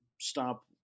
stop